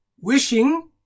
wishing